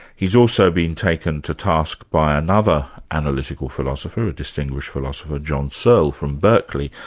he's also been taken to task by another analytical philosopher, a distinguished philosopher, john searle from berkeley.